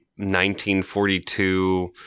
1942